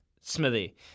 Smithy